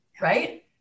right